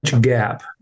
gap